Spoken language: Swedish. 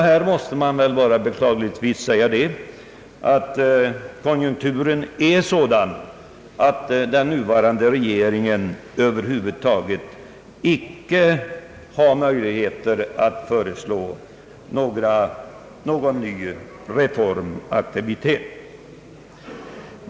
Vi måste beklagligtvis säga, att konjunkturen är sådan, att den nuvarande regeringen över huvud taget icke har möjligheter att föreslå någon ny reformaktivitet.